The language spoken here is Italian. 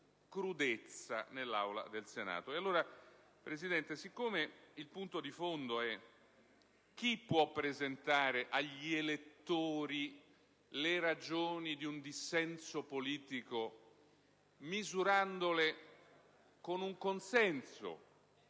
crudezza nell'Aula del Senato. Presidente, il punto di fondo è: chi può presentare agli elettori le ragioni di un dissenso politico, misurandole con un consenso